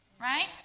Right